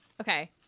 Okay